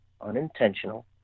unintentional